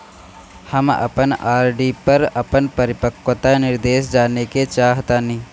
हम अपन आर.डी पर अपन परिपक्वता निर्देश जानेके चाहतानी